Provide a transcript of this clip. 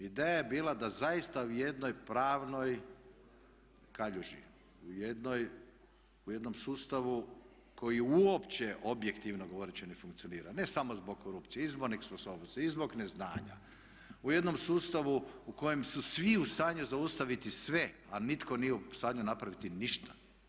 Ideja je bila da zaista u jednoj pravnoj kaljuži, u jednom sustavu koji uopće objektivno govoreći ne funkcionira ne samo zbog korupcije, i zbog nesposobnosti, i zbog neznanja, u jednom sustavu u kojem su svi u stanju zaustaviti sve a nitko nije u stanju napraviti ništa.